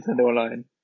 Online